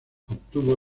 obtuvo